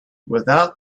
without